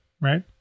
right